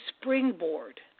springboard